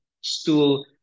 stool